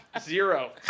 Zero